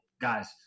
guys